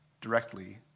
directly